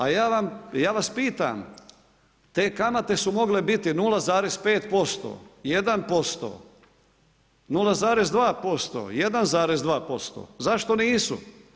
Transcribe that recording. A ja vas pitam, te kamate su mogle biti 0,5%, 1%, 0,32%, 1,2%, zašto nisu?